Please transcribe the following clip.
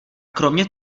kromě